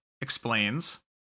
explains